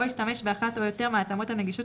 או ישתמש באחת או יותר מהתאמות הנגישות